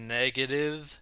negative